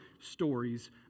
stories